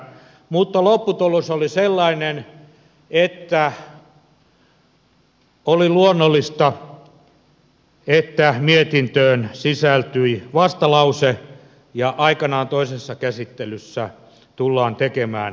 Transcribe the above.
mutta lopputulos oli sellainen että oli luonnollista että mietintöön sisältyi vastalause ja aikanaan toisessa käsittelyssä tullaan tekemään hylkäysehdotus